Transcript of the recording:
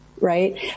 right